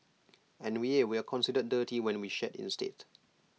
and yeah we're considered dirty when we shed instead